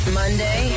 monday